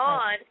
on